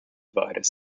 vitus